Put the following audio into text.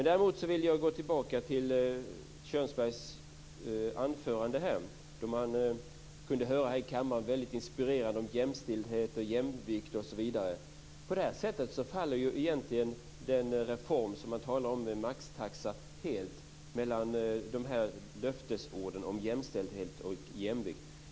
Däremot vill jag gå tillbaka till Kjörnsbergs anförande där man kunde höra honom i kammaren väldigt inspirerat tala om jämställdhet, jämlikhet osv. På det här sättet faller reformen med maxtaxa helt mellan löftesorden om jämställdhet och jämvikt.